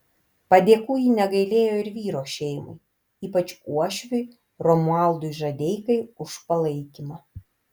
padėkų ji negailėjo ir vyro šeimai ypač uošviui romualdui žadeikai už palaikymą